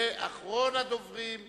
ואחרון הדוברים יהיה,